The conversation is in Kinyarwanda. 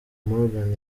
morgan